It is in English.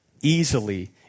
easily